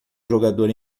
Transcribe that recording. jogador